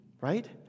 right